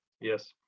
Yes